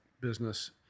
business